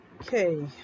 Okay